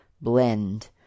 blend